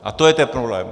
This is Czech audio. A to je ten problém.